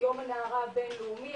יום הנערה הבינלאומי,